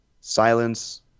Silence